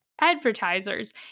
advertisers